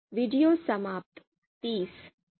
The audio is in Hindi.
वीडियो समाप्त 3037